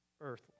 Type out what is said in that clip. earth